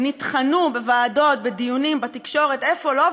נטחנו בוועדות, בדיונים, בתקשורת, איפה לא?